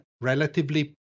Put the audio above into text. relatively